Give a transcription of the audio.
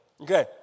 Okay